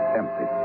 empty